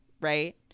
right